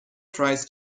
tries